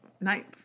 Night